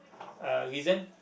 uh reason